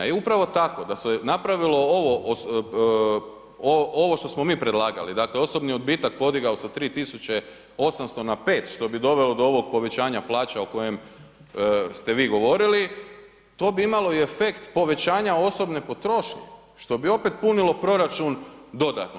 I upravo tako, da se napravilo ovo što smo mi predlagali, dakle osobni odbitak podigao sa 3800 na 5 što bi dovelo do ovog povećanja plaća o kojem ste vi govorili to bi imalo i efekt povećanja osobne potrošnje što bi opet punilo proračun dodatno.